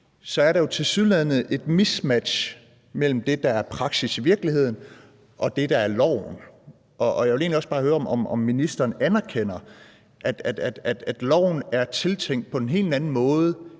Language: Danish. så er der jo tilsyneladende et mismatch mellem det, der er praksis i virkeligheden, og det, der er loven. Jeg vil egentlig bare høre, om ministeren anerkender, at loven er tænkt på en helt anden måde,